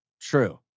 true